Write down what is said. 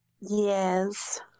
yes